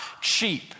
cheap